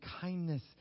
kindness